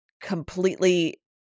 completely